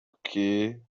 que